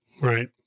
Right